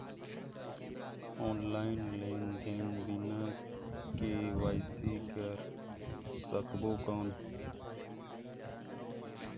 Online लेनदेन बिना KYC कर सकबो कौन??